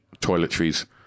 toiletries